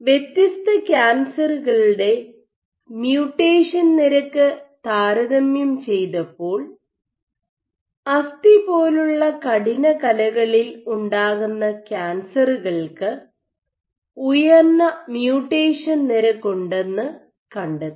വ്യത്യസ്ത ക്യാൻസറുകളുടെ മ്യൂട്ടേഷൻ നിരക്ക് താരതമ്യം ചെയ്തപ്പോൾ അസ്ഥി പോലുള്ള കഠിനകലകളിൽ ഉണ്ടാകുന്ന ക്യാൻസറുകൾക്ക് ഉയർന്ന മ്യൂട്ടേഷൻ നിരക്ക് ഉണ്ടെന്ന് കണ്ടെത്തി